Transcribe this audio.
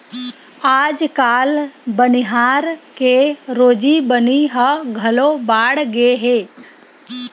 आजकाल बनिहार के रोजी बनी ह घलो बाड़गे हे